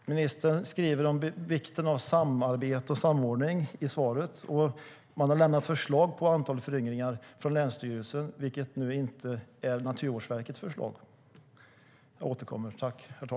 Ministern skriver i svaret om vikten av samarbete och samordning. Länsstyrelsen har lämnat förslag på antal djur i fråga om föryngring. Detta är inte Naturvårdsverkets förslag.